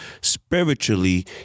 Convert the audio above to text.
spiritually